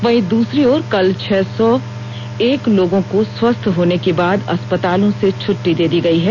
वहीं दूसरी ओर कल छह सौ एक लोगों को स्वस्थ होने के बाद अस्पतालों से छुट्टी दे दी गई है